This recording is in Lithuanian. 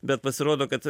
bet pasirodo kad